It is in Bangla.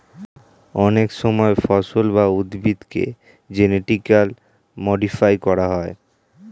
অনেক সময় ফসল বা উদ্ভিদকে জেনেটিক্যালি মডিফাই করা হয়